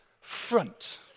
front